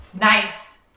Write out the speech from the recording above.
Nice